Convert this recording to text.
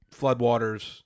floodwaters